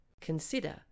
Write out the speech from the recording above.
Consider